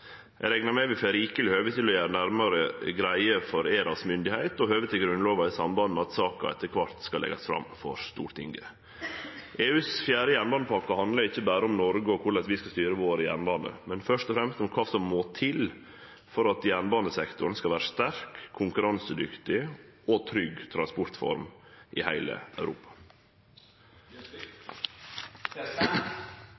Eg reknar med at vi får rikeleg høve til å gjere nærmare greie for ERAs myndigheit og høvet til Grunnlova, i samband med at saka etter kvart skal leggjast fram for Stortinget. EUs fjerde jernbanepakke handlar ikkje berre om Noreg og korleis vi skal styre jernbanane våre, men først og fremst om kva som må til for at jernbanesektoren skal vere ei sterk, konkurransedyktig og trygg transportform i heile Europa.